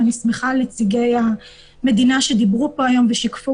אני שמחה שנציגי המדינה דיברו פה היום ושיקפו